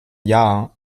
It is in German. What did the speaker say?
jahr